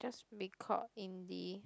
just be called indie